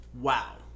wow